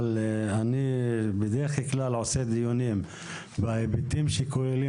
אבל אני בדרך כלל עושה דיונים בהיבטים שנוגעים